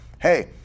hey